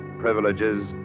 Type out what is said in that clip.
privileges